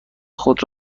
خود